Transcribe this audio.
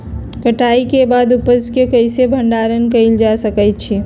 कटाई के बाद उपज के कईसे भंडारण कएल जा सकई छी?